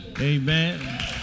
amen